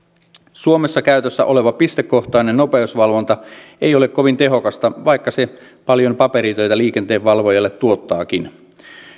suomessa käytössä oleva pistekohtainen nopeusvalvonta ei ole kovin tehokasta vaikka se paljon paperitöitä liikenteenvalvojalle tuottaakin